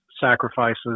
sacrifices